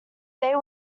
they